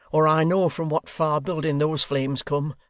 or i know from what far building those flames come.